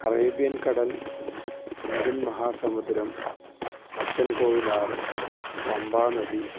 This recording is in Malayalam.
അറേബ്യൻ കടൽ ഇന്ത്യൻ മഹാസമുദ്രം അച്ഛൻകോവിലാറ് പമ്പാനദി